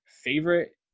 favorite